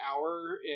hour